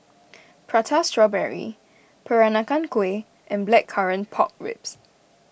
Prata Strawberry Peranakan Kueh and Blackcurrant Pork Ribs